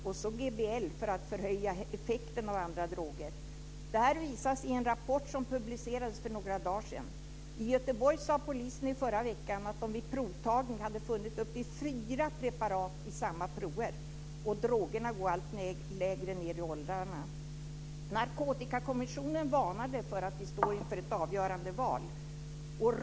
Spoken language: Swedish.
GBL tar man för att öka effekten av andra droger. Det här visas i en rapport som publicerades för några dagar sedan. I Göteborg sade polisen förra veckan att man vid provtagning hade funnit upp till fyra preparat i samma prov. Drogmissbruket går allt längre ned i åldrarna. Narkotikakommissionen varnade för att vi står inför ett avgörande val.